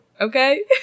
Okay